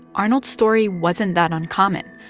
arnold's story wasn't that uncommon.